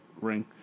ring